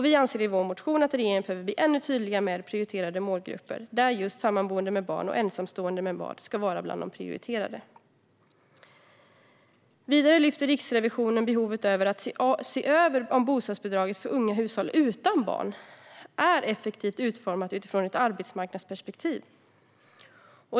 Vi anser i vår motion att regeringen behöver bli ännu tydligare med prioriterade målgrupper, där just sammanboende med barn och ensamstående med barn ska vara bland de prioriterade. Vidare lyfter Riksrevisionen fram behovet av att se över om bostadsbidraget för unga hushåll utan barn är effektivt utformat utifrån ett arbetsmarknadsperspektiv.